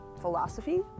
philosophy